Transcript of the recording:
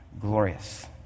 glorious